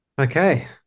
Okay